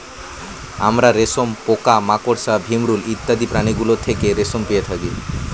আমরা রেশম পোকা, মাকড়সা, ভিমরূল ইত্যাদি প্রাণীগুলো থেকে রেশম পেয়ে থাকি